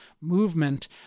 movement